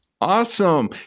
Awesome